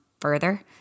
further